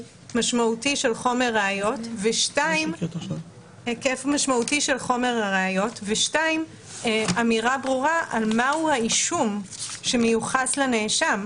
משמעותי של חומר ראיות ואמירה ברורה מה הוא האישום שמיוחס לנאשם.